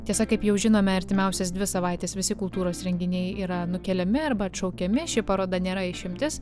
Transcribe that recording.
tiesa kaip jau žinome artimiausias dvi savaites visi kultūros renginiai yra nukeliami arba atšaukiami ši paroda nėra išimtis